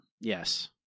Yes